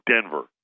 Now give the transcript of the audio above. Denver